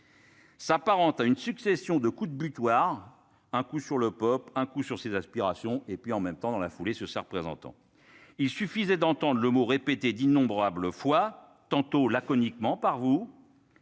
S'apparente à une succession de coups de butoir un coup sur le pop un coup sur ses aspirations et puis en même temps dans la foulée, ce ça représentant, il suffisait d'entendre le mot répété d'innombrables fois, tantôt laconiquement par vous.